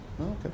Okay